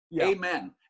amen